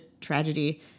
Tragedy